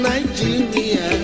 Nigeria